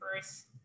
first